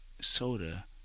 soda